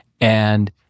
and-